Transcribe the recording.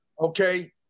Okay